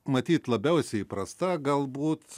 matyt labiausiai įprasta galbūt